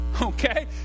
Okay